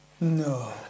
No